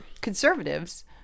conservatives